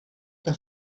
que